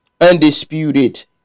Undisputed